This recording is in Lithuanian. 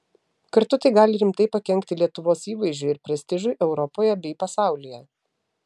kartu tai gali rimtai pakenkti lietuvos įvaizdžiui ir prestižui europoje bei pasaulyje